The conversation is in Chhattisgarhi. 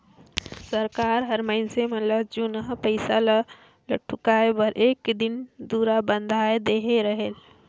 सरकार हर मइनसे मन ल जुनहा पइसा ल लहुटाए बर एक दिन दुरा बांएध देहे रहेल